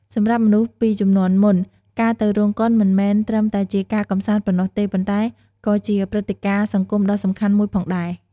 សម្រាប់មនុស្សពីជំនាន់មុន ការទៅរោងកុនមិនមែនត្រឹមតែជាការកម្សាន្តប៉ុណ្ណោះទេ ប៉ុន្តែក៏ជាព្រឹត្តិការណ៍សង្គមដ៏សំខាន់មួយផងដែរ ។